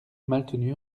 maltenu